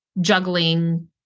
juggling